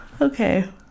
Okay